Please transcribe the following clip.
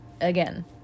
again